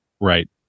Right